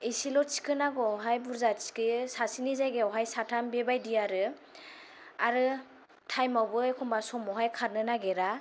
इसेल' थिखोनांगौवावहाय बुरजा थिखोयो सासेनि जायगायावहाय साथाम बेबादि आरो आरो टाइमावबो एखनबा समावहाय खारनो नागिरा